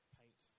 paint